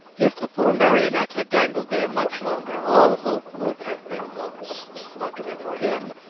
if the poor marionette had dangled there much longer, all hope would have been lost. luckily for him,